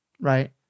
right